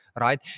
right